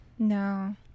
No